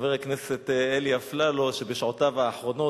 חבר הכנסת אלי אפללו בשעותיו האחרונות